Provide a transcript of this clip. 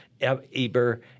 Eber